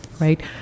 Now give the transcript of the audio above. right